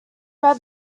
red